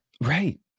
Right